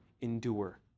Endure